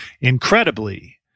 Incredibly